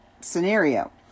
scenario